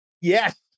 Yes